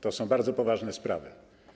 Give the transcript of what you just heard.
To są bardzo poważne sprawy.